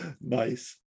nice